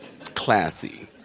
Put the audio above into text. Classy